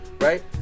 right